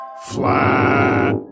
flat